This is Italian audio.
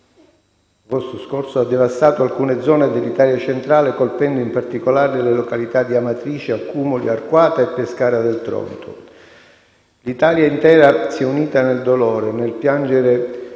24 agosto scorso ha devastato alcune zone dell'Italia centrale colpendo, in particolare, le località di Amatrice, Accumoli, Arquata e Pescara del Tronto. L'Italia intera si è unita nel dolore, nel piangere